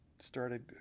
started